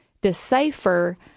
decipher